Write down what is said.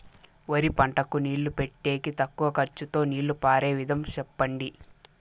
వరి పంటకు నీళ్లు పెట్టేకి తక్కువ ఖర్చుతో నీళ్లు పారే విధం చెప్పండి?